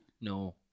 No